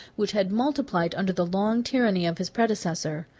which had multiplied under the long tyranny of his predecessor.